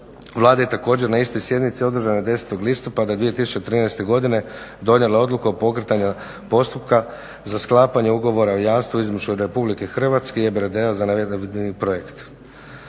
Vlada je također na istoj sjednici održanoj 10. listopada 2013. godine donijela odluku o pokretanju postupka za sklapanje ugovora o jamstvu između Republike Hrvatske i EBRD-a za navedeni projekt.